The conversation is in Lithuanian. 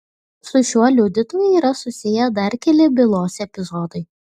su šiuo liudytoju yra susiję dar keli bylos epizodai